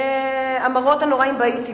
המראות הנוראים בהאיטי,